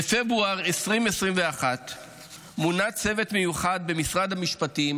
בפברואר 2021 מונה צוות מיוחד במשרד המשפטים